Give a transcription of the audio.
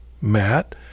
Matt